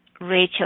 Rachel